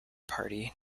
party